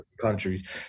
countries